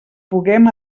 puguem